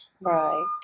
Right